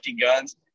guns